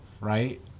right